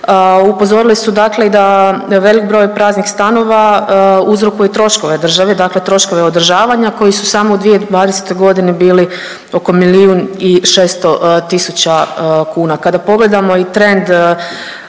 upozorili su dakle i da velik broj praznih stanova uzrokuje troškove državi, dakle troškove održavanja koji su samo u 2020. godini bili oko milijun i 600 tisuća kuna. Kada pogledamo i trend